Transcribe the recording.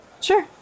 Sure